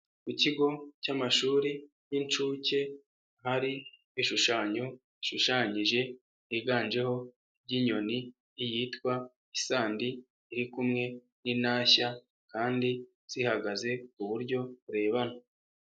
Ku kigo cy'amashuri y'inshuke hari ibishushanyo bishushanyije, higanjeho iby'inyoni iyitwa isandi iri kumwe n'intashya kandi zihagaze ku buryo burebana.